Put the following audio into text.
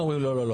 אומרים לא,